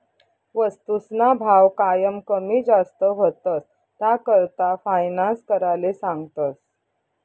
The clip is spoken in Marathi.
वस्तूसना भाव कायम कमी जास्त व्हतंस, त्याकरता फायनान्स कराले सांगतस